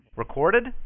Recorded